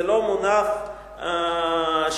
זה לא מונח שלי,